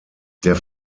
der